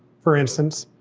for instance,